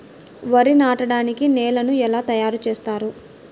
వరి నాటడానికి నేలను ఎలా తయారు చేస్తారు?